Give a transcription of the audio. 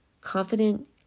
confident